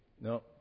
No